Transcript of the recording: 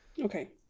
Okay